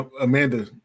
Amanda